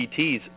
PTs